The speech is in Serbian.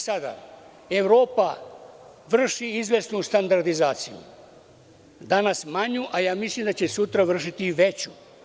Sada, Evropa vrši izvesnu standardizaciju, danas manju, a mislim da će sutra vršiti veću.